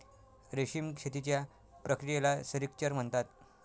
रेशीम शेतीच्या प्रक्रियेला सेरिक्चर म्हणतात